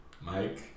mike